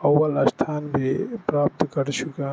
اول استھان بھی پراپت کر چکا